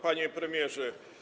Panie Premierze!